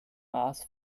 maß